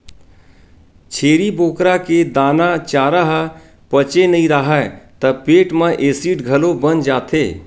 छेरी बोकरा के दाना, चारा ह पचे नइ राहय त पेट म एसिड घलो बन जाथे